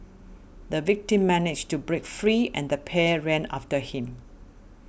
the victim managed to break free and the pair ran after him